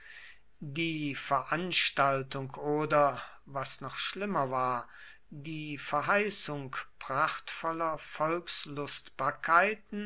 die veranstaltung oder was noch schlimmer war die verheißung prachtvoller